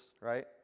right